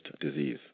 disease